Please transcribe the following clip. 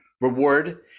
reward